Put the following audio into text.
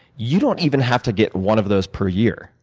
you don't even have to get one of those per year.